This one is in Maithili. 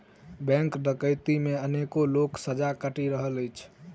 बैंक डकैती मे अनेको लोक सजा काटि रहल अछि